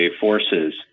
forces